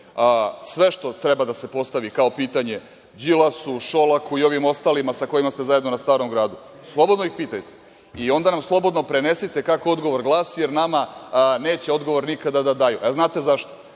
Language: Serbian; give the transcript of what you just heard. sve što treba da se postavi kao pitanje Đilasu, Šolaku i ovim ostalima sa kojima se na Starom Gradu, slobodno ih pitajte i onda nam slobodno prenesite kako odgovor glasi, jer nama neće odgovor nikada da daju. Znate zašto?